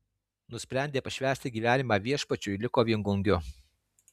nusprendė pašvęsti gyvenimą viešpačiui liko viengungiu